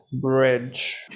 bridge